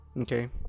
okay